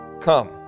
come